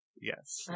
Yes